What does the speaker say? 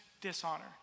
dishonor